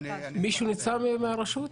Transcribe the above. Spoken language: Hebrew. מישהו מהרשות נמצא?